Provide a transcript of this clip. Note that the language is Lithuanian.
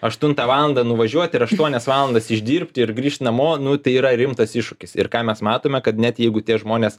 aštuntą valandą nuvažiuoti ir aštuonias valandas išdirbti ir grįšt namo nu tai yra rimtas iššūkis ir ką mes matome kad net jeigu tie žmonės